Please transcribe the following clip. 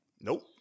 Nope